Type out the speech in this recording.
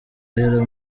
ahera